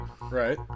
Right